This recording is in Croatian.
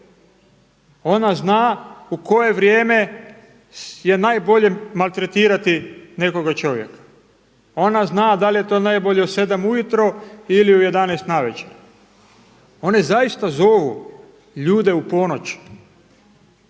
Ona zna u koje vrijeme je najbolje maltretirati nekoga čovjeka. Ona zna da li je to najbolje u 7 ujutro ili u 11 navečer. One zaista zovu ljude u ponoć.